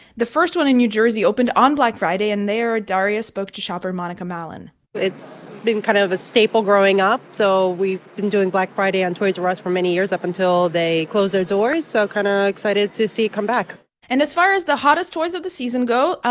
the first one in new jersey opened on black friday. and there, darius spoke to shopper monica mallen it's been kind of a staple growing up, so we've been doing black friday on toys r us for many years up until they closed their doors. so kind of excited to see it come back and as far as the hottest toys of the season go,